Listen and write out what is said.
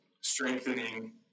strengthening